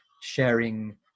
sharing